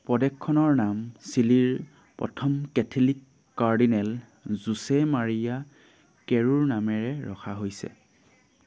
প্ৰদেশখনৰ নাম চিলিৰ প্ৰথম কেথলিক কাৰ্ডিনেল জোছে মাৰিয়া কেৰোৰ নামেৰে ৰখা হৈছে